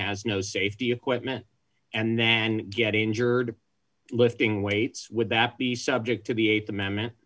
has no safety equipment and now and get injured lifting weights would that be subject to be th amendment